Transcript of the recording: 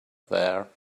there